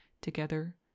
Together